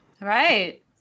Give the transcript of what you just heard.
Right